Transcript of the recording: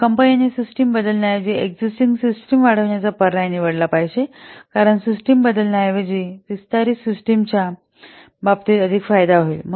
तर कंपनीने सिस्टम बदलण्याऐवजी एक्सिस्टिंग सिस्टिम वाढविण्याचा पर्याय निवडला पाहिजे कारण सिस्टम बदलण्याऐवजी विस्तारित सिस्टमच्या बाबतीत अधिक फायदा होईल